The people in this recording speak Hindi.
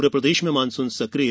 पूरे प्रदेश में मानसून सकिय